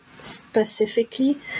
specifically